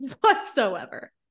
whatsoever